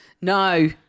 no